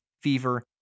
fever